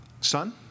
Son